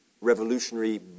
revolutionary